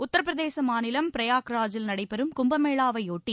உத்தரப்பிரதேச மாநிலம் பிரயாக்ராஜில் நடைபெறும் கும்பமேளாவை ஒட்டி